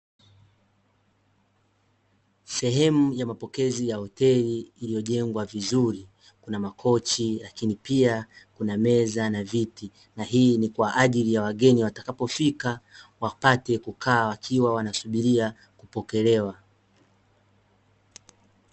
Sehemu ya mapokezi ya hoteli iliyojengwa vizuri. Kuna makochi lakini pia kuna meza na viti, na hii ni kwa ajili ya wageni watakapofika wapate kukaa wakiwa wanasubiria kupokelewa.